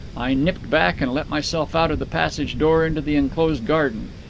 i nipped back and let myself out of the passage door into the enclosed garden.